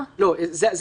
בעל-פה.